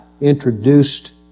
introduced